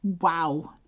wow